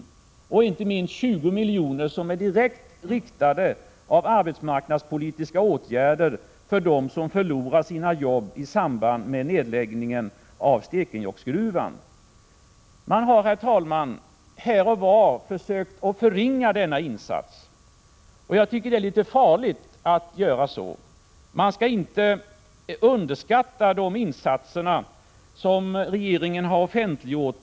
Det gäller inte minst de 20 milj.kr. som skall användas till direkta riktade arbetsmarknadspolitiska åtgärder för dem som förlorar sina jobb i samband med nedläggningen av Stekenjokksgruvan. Man har, herr talman, här och var försökt att förringa denna insats. Jag tycker att det är litet farligt att göra så. Man skall inte underskatta de insatser som regeringen har offentliggjort.